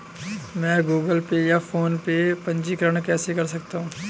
मैं Google Pay या PhonePe में पंजीकरण कैसे कर सकता हूँ?